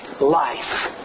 Life